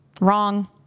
wrong